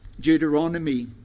Deuteronomy